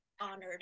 honored